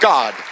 God